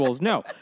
no